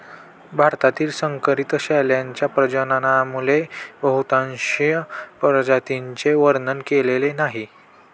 भारतातील संकरित शेळ्यांच्या प्रजननामुळे बहुतांश प्रजातींचे वर्णन केलेले नाही